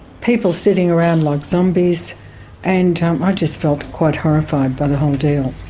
people sitting around like zombies and um i just felt quite horrified by the whole deal.